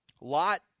Lot